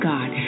God